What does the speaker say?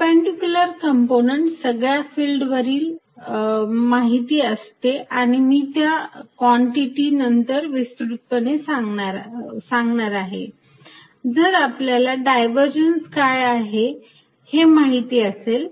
perpendicular component सगळ्या field वरील माहिती असते आणि मी त्या कॉन्टिटी नंतर विस्तृतपणे सांगणार आहे जर आपल्याला डायव्हरजन्स काय आहे हे माहिती असेल